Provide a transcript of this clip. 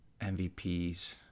MVPs